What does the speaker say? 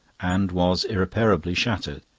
and was irreparably shattered.